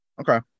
okay